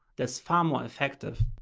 that's far more effective.